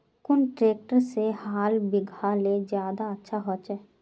कुन ट्रैक्टर से हाल बिगहा ले ज्यादा अच्छा होचए?